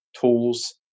tools